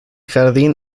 jardín